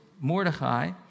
Mordecai